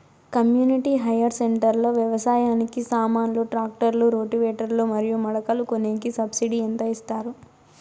community hire centre లో వ్యవసాయానికి సామాన్లు ట్రాక్టర్లు రోటివేటర్ లు మరియు మడకలు కొనేకి సబ్సిడి ఎంత ఇస్తారు